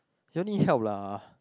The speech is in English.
you need help lah